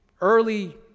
early